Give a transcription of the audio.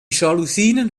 jalousien